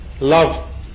love